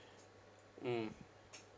mm